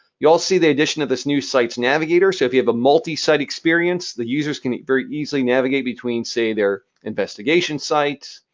you also see the addition of this new sites navigator. so if you have a multi-site experience, the users can very easily navigate between, say, their investigation sites,